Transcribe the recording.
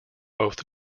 both